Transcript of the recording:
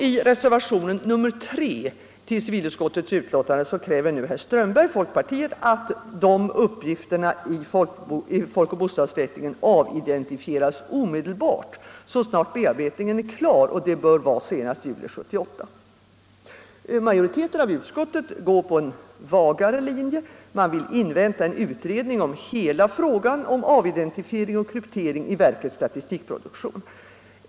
I reservationen 3 kräver nu herr Strömberg, folkpartiet, att de uppgifterna i folkoch bostadsräkningen avidentifieras omedelbart så snart bearbetningen är klar, vilket bör vara senast i juli 1978. Utskottets majoritet går på en vagare linje. Man vill invänta en utredning om hela frågan om avidentifiering och kryptering i verkets statistikproduktion.